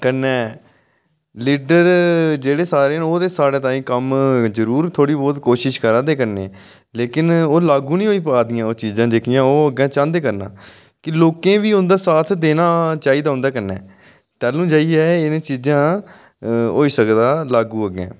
कन्नै लीडर जेह्ड़े सारे न ओह् ते साढ़े ताईं कम्म जरूर थोह्ड़ी बहुत कोशश करै दे करने दी लेकिन ओह् लागू निं होई पा दियां ओह् चीजां जेह्कियां ओह् अग्गें चांह्दे करना कि लोकेंई बी उं'दा साथ देना चाहिदा उं'दे कन्नै तैह्लूं जाइयै एह् न चीजां होई सकदा लागू अग्गें